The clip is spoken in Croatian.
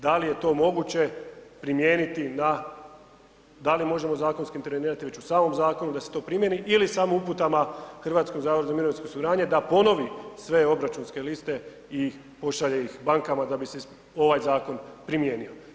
Da li je to moguće primijeniti na, da li možemo zakonski intervenirati već u samom zakonu da se to primjeni ili samo uputama HZMO-u da ponovi sve obračunske liste i pošalje ih bankama da bi se ovaj zakon primijenio.